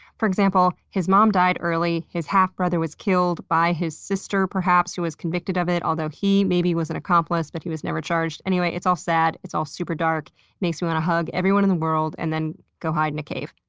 for example, his mom died early, his half-brother was killed by his sister, perhaps, who was convicted of it, although he maybe was an accomplice but he was never charged. anyway, it's all sad. it's all super dark makes me want to hug everyone in the world and then go hide in a cave.